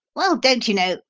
well, don't you know,